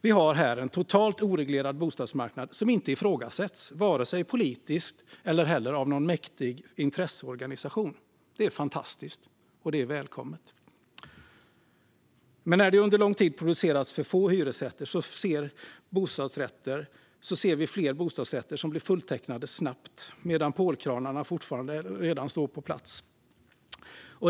Vi har här en totalt oreglerad bostadsmarknad som inte ifrågasätts, vare sig politiskt eller av någon mäktig intresseorganisation. Det är fantastiskt, och det är välkommet. När det under lång tid har producerats för få hyresrätter ser vi dock att fler bostadsrätter snabbt blir fulltecknade, redan när pålkranarna står på plats.